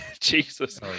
Jesus